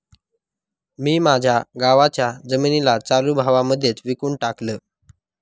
मी माझ्या गावाच्या जमिनीला चालू भावा मध्येच विकून टाकलं